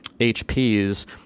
HP's